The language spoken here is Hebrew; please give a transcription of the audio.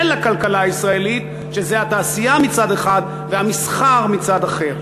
הכלכלה הישראלית: התעשייה מצד אחד והמסחר מצד אחר,